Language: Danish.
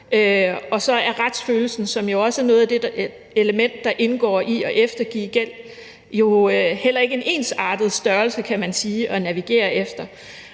og så er retsfølelsen, som også er et element, der indgår i det at eftergive gæld, jo, kan man sige, heller ikke en ensartet størrelse at navigere efter.